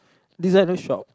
designer shop